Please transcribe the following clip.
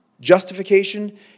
justification